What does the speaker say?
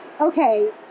okay